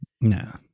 No